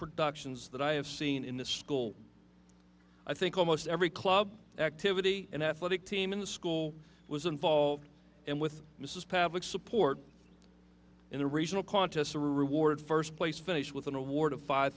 productions that i have seen in this school i think almost every club activity and athletic team in the school was involved and with mrs pavlik support in the regional contests a reward first place finish with an award of five